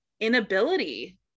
inability